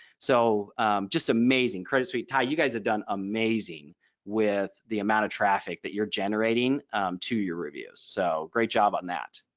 so just amazing credit suite ty. you guys have done amazing with the amount of traffic that you're generating to your reviews. so great job on that